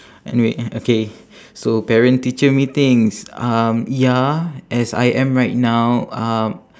anyway and okay so parent teacher meetings um ya as I am right now uh